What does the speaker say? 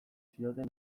zioten